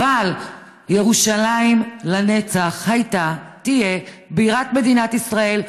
אבל ירושלים לנצח הייתה ותהיה בירת מדינת ישראל,